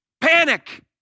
panic